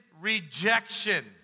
rejection